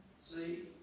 See